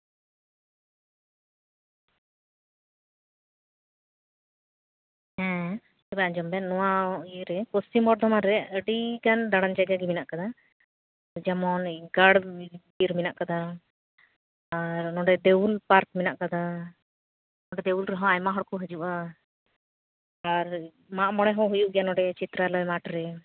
ᱦᱮᱸ ᱟᱸᱡᱚᱢ ᱵᱮᱱ ᱱᱚᱣᱟ ᱤᱭᱟᱹᱨᱮ ᱯᱚᱥᱪᱤᱢ ᱵᱚᱨᱫᱷᱚᱢᱟᱱ ᱨᱮ ᱟᱹᱰᱤ ᱜᱟᱱ ᱫᱟᱬᱟᱱ ᱡᱟᱭᱜᱟ ᱜᱮ ᱢᱮᱱᱟᱜ ᱠᱟᱫᱟ ᱡᱮᱢᱚᱱ ᱜᱟᱲ ᱵᱤᱨ ᱢᱮᱱᱟᱜ ᱠᱟᱫᱟ ᱟᱨ ᱱᱚᱸᱰᱮ ᱫᱮᱣᱩᱞ ᱯᱟᱨᱠ ᱢᱮᱱᱟᱜ ᱠᱟᱫᱟ ᱚᱸᱰᱮ ᱫᱮᱣᱩᱞ ᱨᱮᱦᱚᱸ ᱟᱭᱢᱟ ᱦᱚᱲ ᱠᱚ ᱦᱤᱡᱩᱜᱼᱟ ᱟᱨ ᱢᱟᱜ ᱢᱚᱬᱮ ᱦᱚᱸ ᱦᱩᱭᱩᱜ ᱜᱮᱭᱟ ᱱᱚᱸᱰᱮ ᱪᱤᱛᱨᱟᱞᱚᱭ ᱢᱟᱴᱷ ᱨᱮ